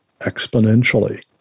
exponentially